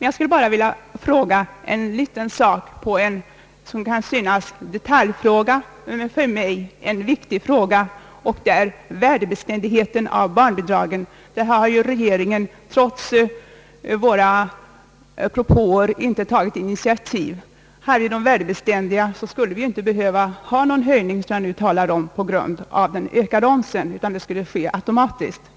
Jag skall ställa en fråga till synes om en detalj, men den är principfråga för mig. Den gäller värdebeständigheten av barnbidraget. Regeringen har där, trots våra propåer, inte tagit några initiativ. Vore barnbidraget värdebeständigt skulle det inte behöva höjas på grund av den ökade omsättningsskatten, ty då skulle det ske automatiskt.